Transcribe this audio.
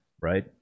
right